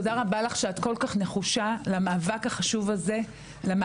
תודה רבה לך שאת כל כך נחושה למאבק החשוב הזה למאבק